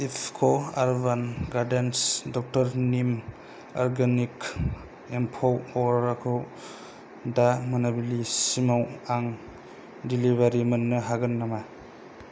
इफक' urban gardens doctor निम organic एम्फौ होखारग्राखौ दा मोनाबिलिसिमाव आं डेलिबारि मोननो हागोन नामा